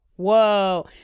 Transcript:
Whoa